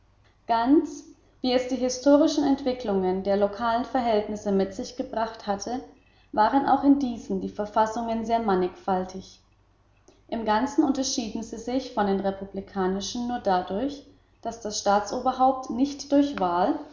ganz wie es die historische entwicklung der lokalen verhältnisse mit sich gebracht hatte waren auch in diesen die verfassungen sehr mannigfaltig im ganzen unterschieden sie sich von den republikanischen nur dadurch daß das staatsoberhaupt nicht durch